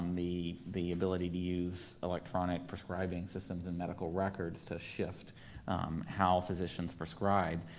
um the the ability to use electronic prescribing systems and medical records to shift how physicians prescribe.